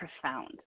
profound